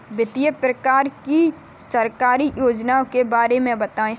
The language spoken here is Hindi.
विभिन्न प्रकार की सरकारी योजनाओं के बारे में बताइए?